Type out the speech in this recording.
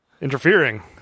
Interfering